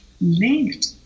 linked